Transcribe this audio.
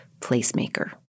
Placemaker